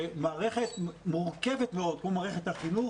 שמערכת מורכבת מאוד כמו מערכת החינוך,